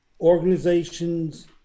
organizations –